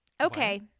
Okay